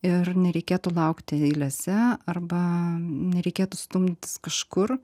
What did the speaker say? ir nereikėtų laukti eilėse arba nereikėtų stumdytis kažkur